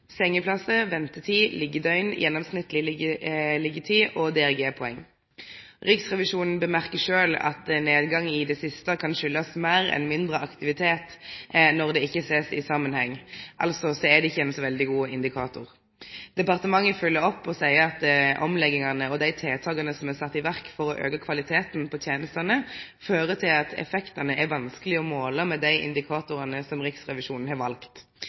ventetid, liggjedøgn, gjennomsnittleg liggjetid og DRG-poeng. Riksrevisjonen uttaler sjølv at nedgangen i det siste kan ha si årsak i meir eller mindre aktivitet når det ikkje blir sett i samanheng – altså er det ikkje ein veldig god indikator. Departementet følgjer opp og seier at omleggingane og dei tiltaka som er sette i verk for å auke kvaliteten på tenestene, fører til at effektane er vanskelege å måle med dei indikatorane som Riksrevisjonen har valt.